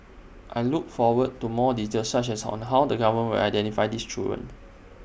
I look forward to more details such as on the how the government identify these children